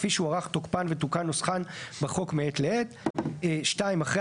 כפי שהוארך תוקפן ותוקן נוסחן בחוק מעת לעת,"; (2) אחרי